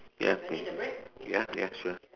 ya ya ya sure